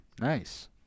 Nice